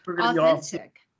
Authentic